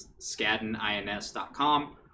scaddenins.com